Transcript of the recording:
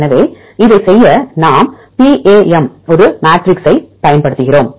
எனவே இதைச் செய்ய நாம் பிஏஎம் ஒரு மேட்ரிக்ஸைப் பயன்படுத்துகிறோம்